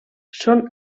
són